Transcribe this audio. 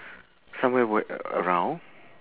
somewhere w~ around